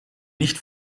nicht